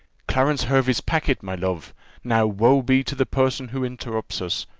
clarence hervey's packet, my love now, woe be to the person who interrupts us!